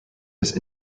this